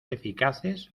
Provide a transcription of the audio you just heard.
eficaces